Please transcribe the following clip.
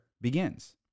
begins